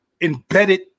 embedded